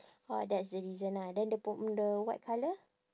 orh that's the reason ah then the pur~ the white colour